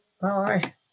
Bye